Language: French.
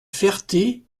ferté